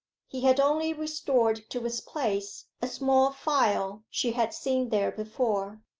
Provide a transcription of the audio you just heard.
he had only restored to its place a small phial she had seen there before.